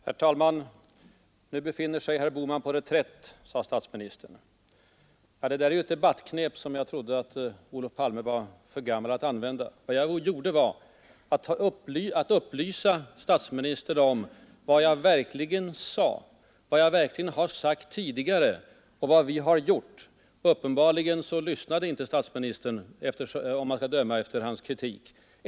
Herr talman! Nu befinner sig herr Bohman ”på reträtt”, sade statsministern. Det är ett debattknep som jag trodde att Olof Palme var för gammal att använda. Vad jag gjorde var att upplysa statsministern om vad jag verkligen sagt i dag och tidigare och vad vi har gjort. Uppenbarligen lyssnade inte statsministern, om man får döma av hans kritik.